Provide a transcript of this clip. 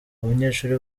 abanyeshuri